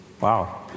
Wow